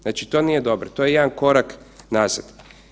Znači to nije dobro, to je jedan korak nazad.